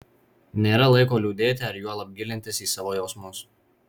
nėra laiko liūdėti ar juolab gilintis į savo jausmus